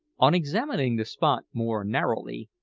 on examining the spot more narrowly,